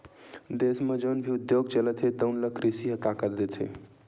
देस म जउन भी उद्योग चलत हे तउन ल कृषि ह ताकत देथे